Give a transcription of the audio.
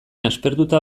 aspertuta